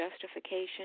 justification